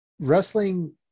wrestling